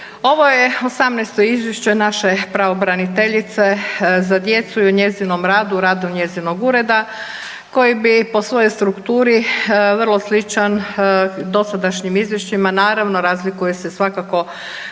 ovo je 18-to izvješće naše pravobraniteljice za djecu i o njezinom radu, radu njezinog ureda koji bi po svojoj strukturi vrlo sličan dosadašnjim izvješćima naravno razlikuje se svakako